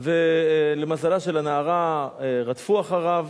למזלה של הנערה רדפו אחריו,